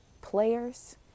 players